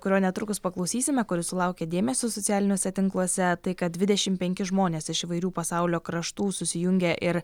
kurio netrukus paklausysime kuris sulaukė dėmesio socialiniuose tinkluose tai kad dvidešimt penki žmonės iš įvairių pasaulio kraštų susijungė ir